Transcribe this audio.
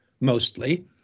mostly